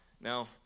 Now